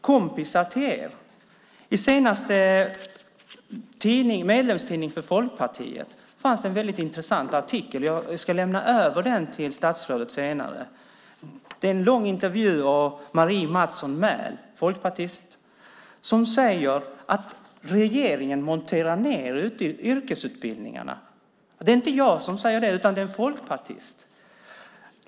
I det senaste numret av Folkpartiets medlemstidning finns en väldigt intressant artikel. Jag ska överlämna den till statsrådet senare. Det är en lång intervju med Maria Mattsson Mähl som är folkpartist. Hon säger att regeringen monterar ned yrkesutbildningarna. Det är alltså inte jag som säger det utan en folkpartist.